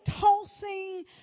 tossing